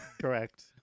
correct